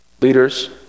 Leaders